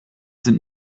sind